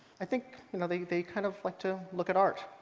i think you know they they kind of like to look at art.